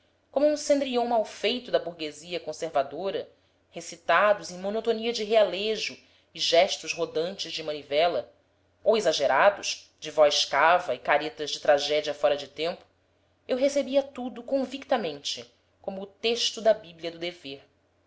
como um cendrillon malfeito da burguesia conservadora recitados em monotonia de realejo e gestos rodantes de manivela ou exagerados de voz cava e caretas de tragédia fora de tempo eu recebia tudo convictamente como o texto da bíblia do dever